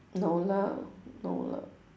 no lah no lah